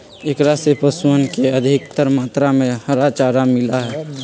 एकरा से पशुअन के अधिकतर मात्रा में हरा चारा मिला हई